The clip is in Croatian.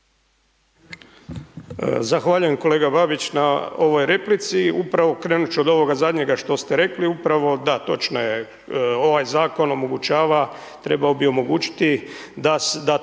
Zahvaljujem kolega Babić na ovoj replici. Upravo krenut ću od ovoga zadnjega što ste rekli, upravo da, točno je, ovaj Zakon omogućava, trebao bi omogućiti da ta